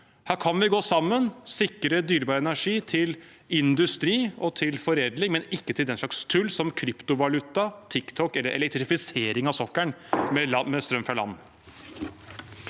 Her kan vi gå sammen, sikre dyrebar energi til industri og til foredling, men ikke til den slags tull, som kryptovaluta, TikTok eller elektrifisering av sokkelen med strøm fra land.